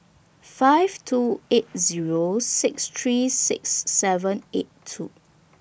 five two eight Zero six three six seven eight two